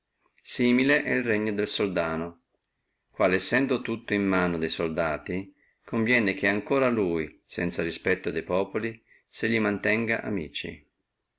similmente el regno del soldano sendo tutto in mano de soldati conviene che ancora lui sanza respetto de populi se li mantenga amici